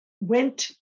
went